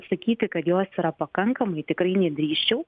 sakyti kad jos yra pakankamai tikrai nedrįsčiau